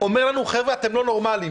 אומר לנו: חבר'ה, אתם לא נורמליים.